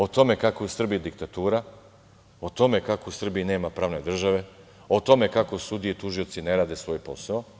O tome kako je u Srbiji diktatura, o tome kako u Srbiji nema pravne države, o tome kako sudije i tužioci ne rade svoj posao.